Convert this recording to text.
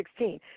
2016